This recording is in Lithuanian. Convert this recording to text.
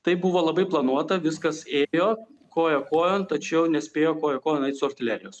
tai buvo labai planuota viskas ėjo koja kojon tačiau nespėjo koja kojon eit su artilerijos